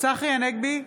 צחי הנגבי,